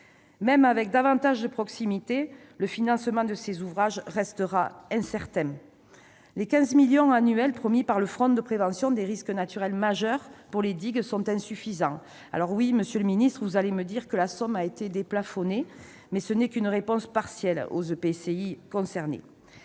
Même avec davantage de proximité, le financement de ces ouvrages restera incertain ! Les 15 millions annuels promis par le Fonds de prévention des risques naturels majeurs pour les digues sont insuffisants. Certes, monsieur le ministre, vous allez me dire que la somme a été déplafonnée, mais ce n'est qu'une réponse partielle aux EPCI concernés.